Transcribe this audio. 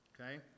okay